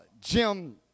Jim